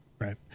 Right